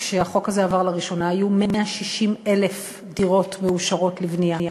כשהחוק הזה עבר לראשונה היו 160,000 דירות מאושרות לבנייה.